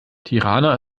tirana